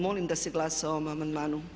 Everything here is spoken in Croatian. Molim da se glasa o ovom amandmanu.